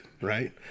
right